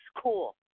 cool